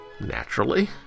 Naturally